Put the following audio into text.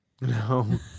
No